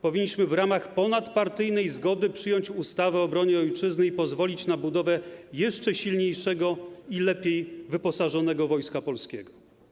Powinniśmy w ramach ponadpartyjnej zgody przyjąć ustawę o obronie Ojczyzny i pozwolić na budowę jeszcze silniejszego i lepiej wyposażonego Wojska Polskiego.